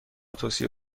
توصیه